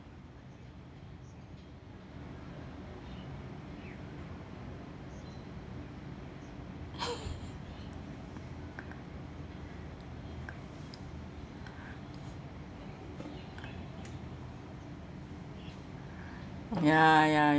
ya ya